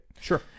Sure